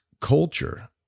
culture